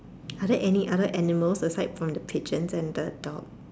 are there any other animals aside from the pigeons and the dog